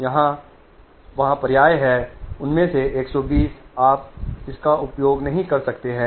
वह वहाँ पर पर्याप्त संख्या में है उनमें से 120 का आप उपयोग नहीं कर सकते हैं